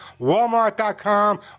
Walmart.com